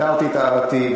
הערתי את הערתי.